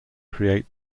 create